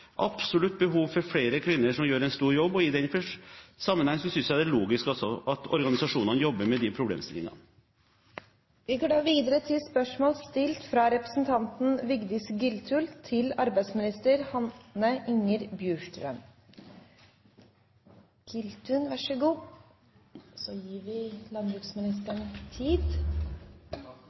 absolutt behov for flere kvinner, som gjør en stor jobb, og i den sammenheng synes jeg det er logisk at organisasjonene jobber med de problemstillingene. «Saksbehandlingstiden for attest E-301 økte fra 14 til 20 uker fra uke 47 i 2010 til